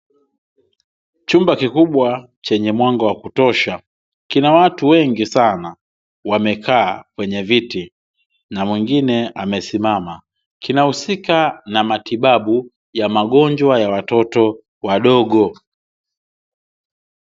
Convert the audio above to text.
Chumba kikubwa chenye mwanga wa kutosha, kina watu wengi sana. Wamekaa kwenye viti, na mwingine amesimama. Kinahusika na matibabu, ya magonjwa ya watoto wadogo.